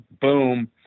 Boom